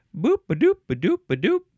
boop-a-doop-a-doop-a-doop